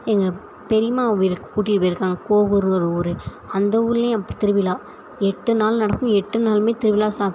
எங்கள் பெரியம்மா ஊருக்கு கூட்டிட்டு போய்ருக்காங்க கோவூருன்னு ஒரு ஊர் அந்த ஊர்லேயும் திருவிழா எட்டு நாள் நடக்கும் எட்டு நாளுமே திருவிழா சா